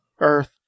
Earth